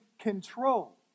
control